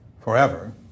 forever